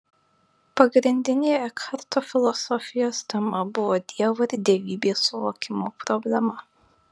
pagrindinė ekharto filosofijos tema buvo dievo ir dievybės suvokimo problema